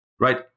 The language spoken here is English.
right